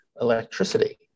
electricity